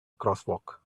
crosswalk